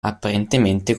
apparentemente